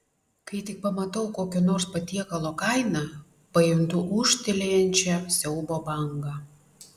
kai tik pamatau kokio nors patiekalo kainą pajuntu ūžtelėjančią siaubo bangą